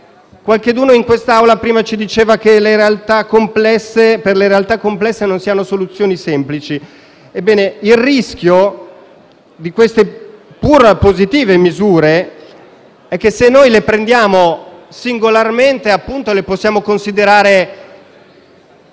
Qualcheduno in quest'Aula prima diceva che per le realtà complesse non si hanno soluzioni semplici. Ebbene, il rischio di queste pur positive misure è che, se noi le prendiamo singolarmente, le possiamo considerare...